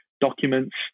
documents